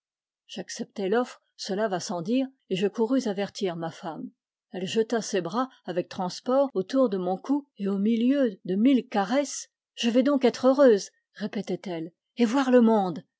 j'acceptai l'offre cela va sans dire et je courus avertir ma femme elle jeta ses bras avec transport autour de mon cou et aji milieu de mille caresses je vais donc être heureuse répétait-elle et voir le monde